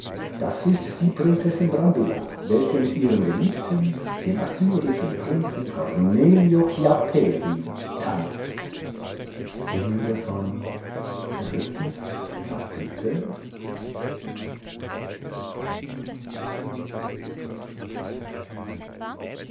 das ist die prinzessin brambilla welche mit ihrem geliebten dem assyrischen prinzen cornelio chiapperi tanzt viertes kapitel